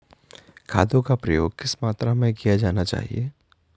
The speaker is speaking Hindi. खादों का प्रयोग किस मात्रा में किया जाना चाहिए?